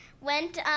Went